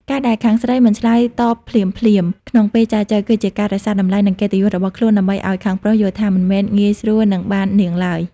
ការដែលខាងស្រីមិនឆ្លើយតបភ្លាមៗក្នុងពេលចែចូវ គឺជាការរក្សាតម្លៃ និងកិត្តិយសរបស់ខ្លួន ដើម្បីឱ្យខាងប្រុសយល់ថា មិនមែនងាយស្រួលនឹងបាននាងឡើយ។